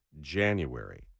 January